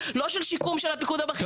שהסעיף יאפשר את זה.